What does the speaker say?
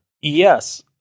yes